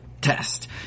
test